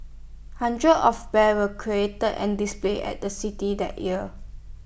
hundreds of bears were created and displayed at the city that year